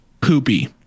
poopy